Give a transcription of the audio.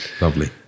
Lovely